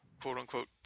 quote-unquote